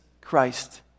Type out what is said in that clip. Christ